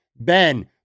ben